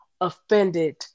offended